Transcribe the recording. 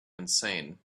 insane